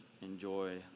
Enjoy